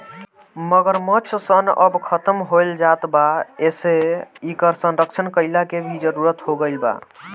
मगरमच्छ सन अब खतम होएल जात बा एसे इकर संरक्षण कईला के भी जरुरत हो गईल बा